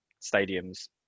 stadiums